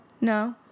No